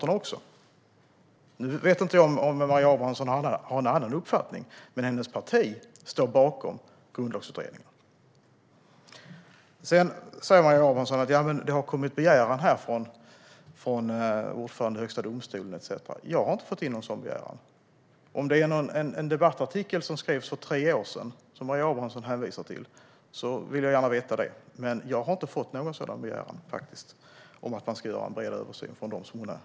Nu vet jag inte om Maria Abrahamsson har någon annan uppfattning, men hennes parti står bakom Grundlagsutredningen. Sedan säger Maria Abrahamsson att det har kommit en begäran från ordföranden i Högsta domstolen etcetera. Jag har inte fått in någon sådan begäran. Om det är en debattartikel skriven för tre år sedan som Maria Abrahamsson hänvisar till vill jag gärna veta det. Jag har faktiskt inte fått någon begäran från dem hon hänvisar till om att man ska göra en bred översyn.